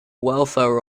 welfare